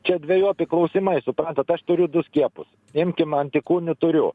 čia dvejopi klausimai suprantat aš turiu du skiepus imkim antikūnių turiu